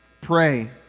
pray